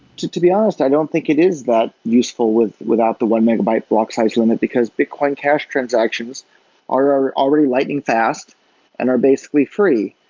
to to be honest, i don't think it is that useful without the one megabyte block size limit, because bitcoin cash transactions are already lightning fast and are basically free.